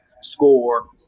score